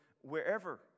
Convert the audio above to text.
wherever